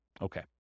Okay